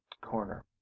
corner